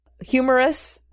humorous